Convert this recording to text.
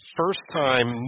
first-time